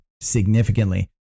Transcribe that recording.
significantly